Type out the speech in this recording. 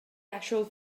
actual